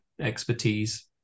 expertise